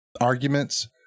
arguments